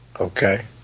Okay